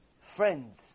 friends